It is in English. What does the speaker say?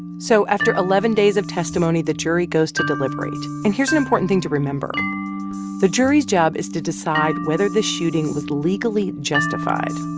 so after eleven days of testimony, the jury goes to deliberate. and here's an important thing to remember the jury's job is to decide whether the shooting was legally justified,